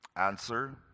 Answer